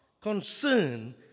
concern